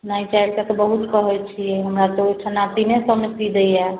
नहि चारि सओ तऽ बहुत कहै छिए हमरा तऽ ओहिठिना तीने सओमे सी दैए